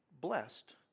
blessed